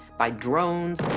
by drones.